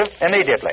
immediately